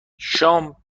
شام